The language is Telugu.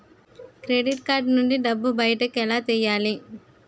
క్రెడిట్ కార్డ్ నుంచి డబ్బు బయటకు ఎలా తెయ్యలి?